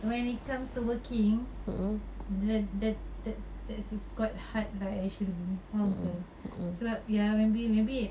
when it comes to working the the the that is quite hard lah actually faham ke sebab ya maybe maybe